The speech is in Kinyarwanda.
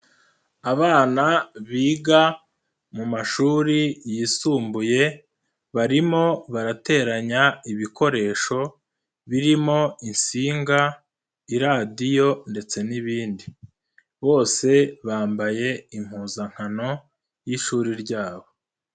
Abana biga mu mashuri yisumbuye, barimo barateranya ibikoresho birimo insinga, iradiyo ,ndetse n'ibindi..Bose bambaye impuzankano y'ishuri ryabo.